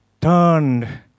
turned